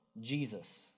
Jesus